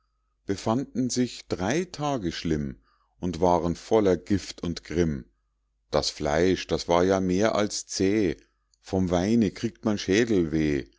befanden sich drei tage schlimm und waren voller gift und grimm das fleisch das war ja mehr als zäh vom weine kriegt man schädelweh